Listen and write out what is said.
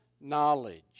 knowledge